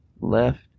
left